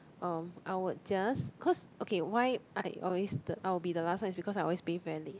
um I would just cause okay why I always the I be the last one because I'll be very late